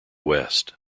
west